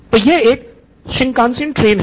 तो यह एक शिनकानसेन ट्रेन है